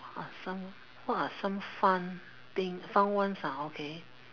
what are some what are some fun thing fun ones ah okay